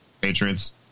Patriots